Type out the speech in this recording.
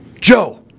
Joe